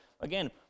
again